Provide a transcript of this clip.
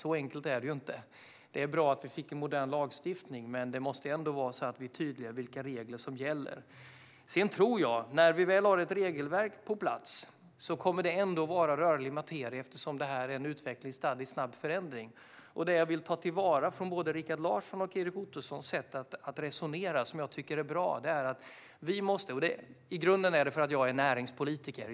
Så enkelt är det ju inte. Det är bra att vi fick en modern lagstiftning, men vi måste ändå tydliggöra vilka regler som gäller. Sedan tror jag att det, när vi väl har ett regelverk på plats, ändå kommer att vara rörlig materia eftersom detta är en utveckling stadd i snabb förändring. Det jag vill ta till vara från både Rikard Larssons och Erik Ottosons sätt att resonera, som jag tycker är bra, är att vi måste göra det som jag i grunden tycker är viktigt för att jag är näringspolitiker.